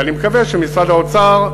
ואני מקווה שמשרד האוצר,